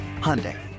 Hyundai